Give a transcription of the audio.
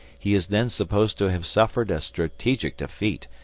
he is then supposed to have suffered a strategic defeat,